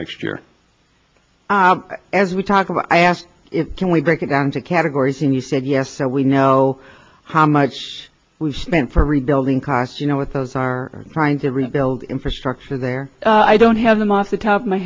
next year as we talk about i asked can we break it down to categories and you said yes so we know how much we've spent for rebuilding costs you know what those are trying to rebuild infrastructure there i don't have them off the top of my